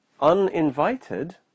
uninvited